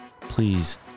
Please